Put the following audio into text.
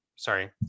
Sorry